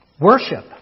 Worship